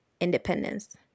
independence